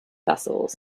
vessels